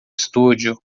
studio